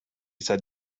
said